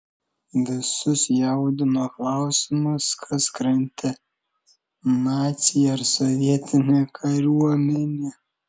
visus jaudino klausimas kas krante naciai ar sovietinė kariuomenė